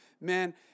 man